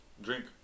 drink